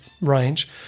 range